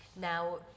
Now